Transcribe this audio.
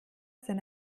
sind